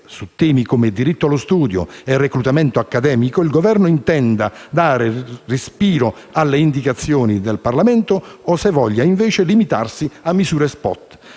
su temi come diritto allo studio e reclutamento accademico, il Governo intenda dare respiro alle indicazioni del Parlamento o se voglia, invece, limitarsi a misure *spot*.